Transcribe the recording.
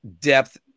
depth